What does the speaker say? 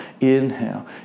inhale